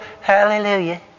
hallelujah